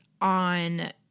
on